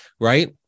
right